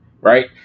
Right